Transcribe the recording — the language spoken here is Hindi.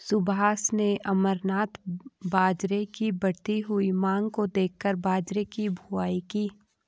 सुभाष ने अमरनाथ बाजरे की बढ़ती हुई मांग को देखकर बाजरे की बुवाई की